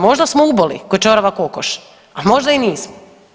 Možda smo uboli kao ćorava kokoš, a možda i nismo.